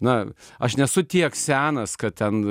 na aš nesu tiek senas kad ten